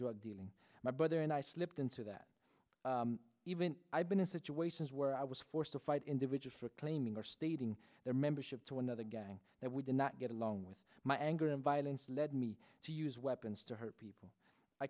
job dealing my brother and i slipped into that even i've been in situations where i was forced to fight individually for claiming or stating their membership to another gang that we did not get along with my anger and violence led me to use weapons to hurt people i